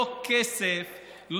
לא כסף,